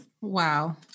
Wow